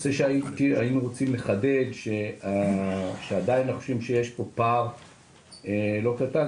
נושא שהיינו רוצים לחדד שעדיין אנחנו חושבים שיש פה פער לא קטן,